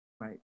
Right